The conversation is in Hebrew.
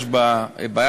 יש בה בעיה,